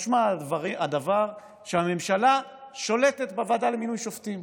משמע הדבר שהממשלה שולטת בוועדה למינוי שופטים,